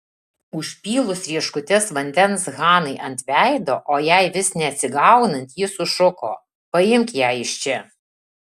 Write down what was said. užpylusi rieškutes vandens hanai ant veido o jai vis neatsigaunant ji sušuko paimk ją iš čia